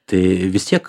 tai vis tiek